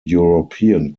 european